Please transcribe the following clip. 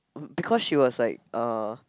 because she was like uh